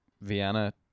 vienna